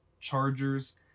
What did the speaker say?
Chargers